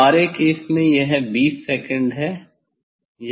हमारे केस में यह 20 सेकंड है